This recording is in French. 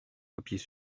papiers